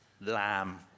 Lamb